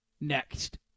next